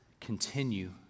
continue